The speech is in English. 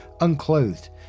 unclothed